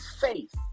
faith